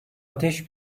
ateş